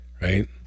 right